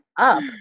up